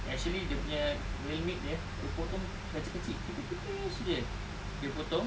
actually dia punya whale meat dia dia potong kecil-kecil tipis-tipis jer dia potong